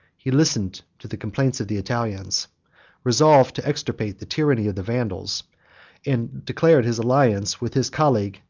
he listened to the complaints of the italians resolved to extirpate the tyranny of the vandals and declared his alliance with his colleague,